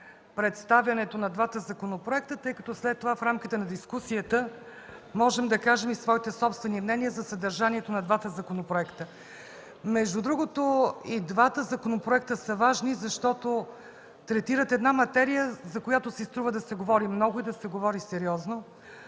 представянето на двата законопроекта, тъй като след това в рамките на дискусията можем да кажем и своите собствени мнения за съдържанието на двата законопроекта. Между другото, и двата законопроекта са важни, защото третират една материя, за която си струва да се говори много и да се говори сериозно.